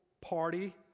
party